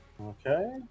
Okay